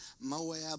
Moab